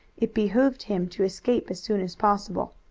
it behooved him to escape as soon as possible.